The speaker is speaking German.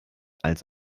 als